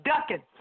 ducking